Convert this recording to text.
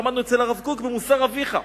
שלמדנו אצל הרב קוק ב"מוסר אביך",